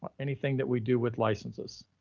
but anything that we do with licenses,